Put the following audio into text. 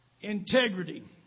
Integrity